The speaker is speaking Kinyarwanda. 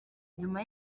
nyuma